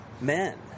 men